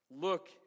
Look